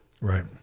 Right